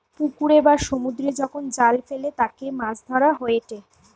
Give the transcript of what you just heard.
পুকুরে বা সমুদ্রে যখন জাল ফেলে তাতে মাছ ধরা হয়েটে